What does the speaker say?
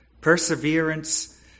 Perseverance